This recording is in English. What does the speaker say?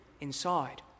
inside